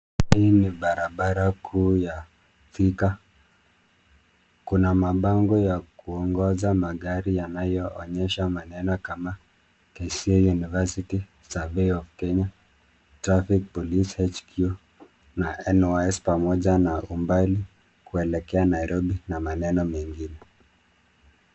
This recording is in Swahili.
Hii ni barabara kuu ya Thika. Kuna mabango ya kuongoza magari yanayoonyesha maneno kama KCA University, Survey of Kenya, Traffic Police HQ na NYS pamoja na umbali kuelekea Nairobi na maneno mengine.